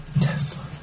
Tesla